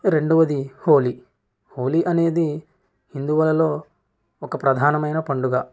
రెండవది హోలీ హోలీ అనేది హిందువులలో ఒక ప్రధానమైన పండుగ